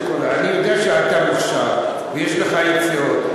אני יודע שאתה מוכשר ויש לך יציאות,